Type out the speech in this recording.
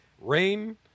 Rain